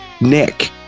nick